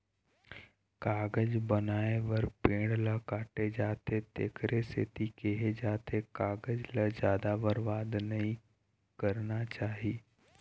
कागज बनाए बर पेड़ ल काटे जाथे तेखरे सेती केहे जाथे कागज ल जादा बरबाद नइ करना चाही